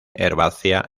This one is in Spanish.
herbácea